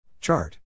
Chart